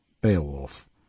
Beowulf